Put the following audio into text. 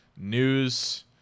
news